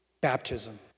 Baptism